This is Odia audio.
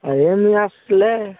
ଏଇନୁ ଆସିଲେ